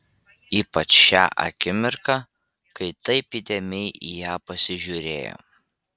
ypač šią akimirką kai taip įdėmiai į ją pasižiūrėjo